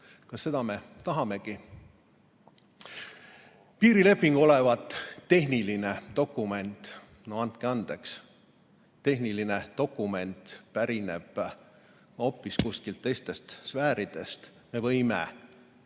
Kas me seda tahamegi? Piirileping olevat tehniline dokument. No andke andeks! Tehniline dokument pärineb hoopis mingitest teistest sfääridest. Me võime